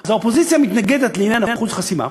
אז האופוזיציה מתנגדת לעניין אחוז חסימה,